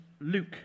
Luke